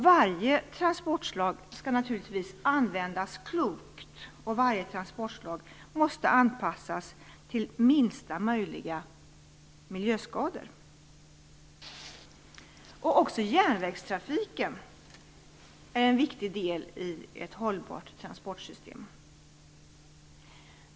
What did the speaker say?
Varje transportslag skall naturligtvis användas klokt, och varje transportslag måste anpassas till att ge minsta möjliga miljöskador. Också järnvägstrafiken är en viktig del i ett hållbart transportsystem.